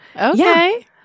Okay